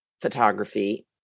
photography